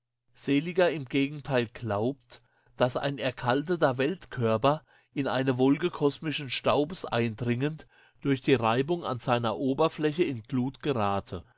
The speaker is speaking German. seeliger im gegenteil glaubt daß ein erkalteter weltkörper in eine wolke kosmischen staubes eindringend durch die reibung an seiner oberfläche in glut gerade